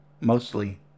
Mostly